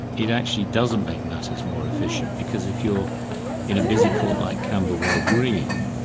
it actually doesn't make matters more efficient, because if you're in a busy court like camberwell green,